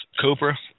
Cooper